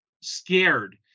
scared